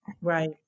Right